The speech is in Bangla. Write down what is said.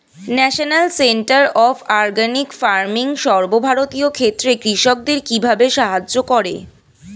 National centre of organic farming সর্বভারতীয় ক্ষেত্রে কৃষকদের কিভাবে সাহায্য করে?